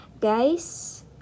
guys